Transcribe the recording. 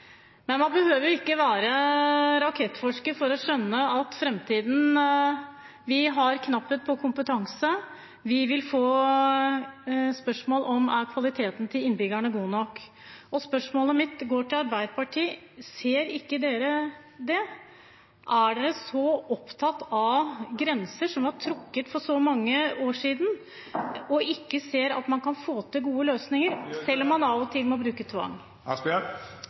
Men man behøver ikke å være rakettforsker for å skjønne at vi i framtiden vil ha knapphet på kompetanse, og vi vil få spørsmål om kvaliteten på det som blir gitt til innbyggerne, er god nok. Spørsmålet mitt går til Arbeiderpartiet. Ser de ikke det? Er man så opptatt av grenser som ble trukket for så mange år siden, og ser man ikke at man kan få til gode løsninger, selv om man av og til må bruke tvang?